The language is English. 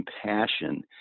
compassion